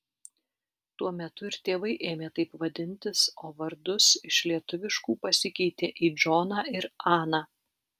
tuo metu ir tėvai ėmė taip vadintis o vardus iš lietuviškų pasikeitė į džoną ir aną